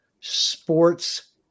sports